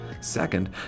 Second